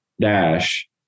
dash